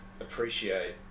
appreciate